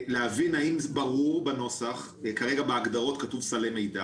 אנחנו מבקשים להבין האם זה ברור בנוסח כרגע בהגדרות כתוב סלי מידע